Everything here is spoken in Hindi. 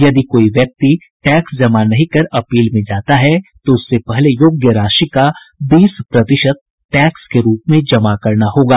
यदि कोई व्यक्ति टैक्स जमा नहीं कर अपील में जाता है तो उससे पहले योग्य राशि का बीस प्रतिशत टैक्स के रूप में जमा करना होगा